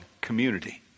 community